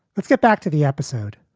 let's get back to the episode.